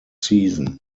season